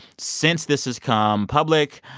since this has come public,